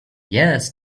yes